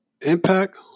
Impact